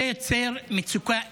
זה יוצר מצוקה אנושית,